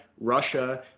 Russia